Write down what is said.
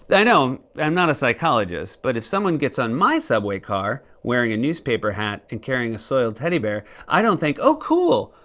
i know, i'm not a psychologist, but if someone gets on my subway car wearing a newspaper hat and carrying a soiled teddy bear, i don't think, oh, cool.